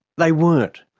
they weren't.